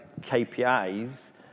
KPIs